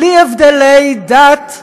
בלי הבדלי דת,